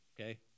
Okay